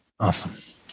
Awesome